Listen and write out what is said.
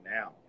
now